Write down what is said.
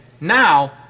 Now